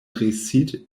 récit